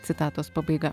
citatos pabaiga